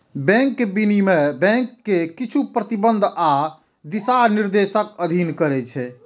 bank विनियमन bank कें किछु प्रतिबंध आ दिशानिर्देशक अधीन करै छै